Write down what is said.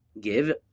Give